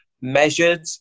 measured